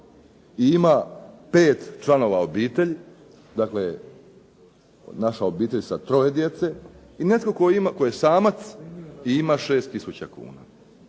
ima 5 članova obitelji, dakle naša obitelj sa troje djece i netko tko je samac i ima 6 tisuća kuna.